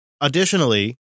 Additionally